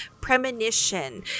Premonition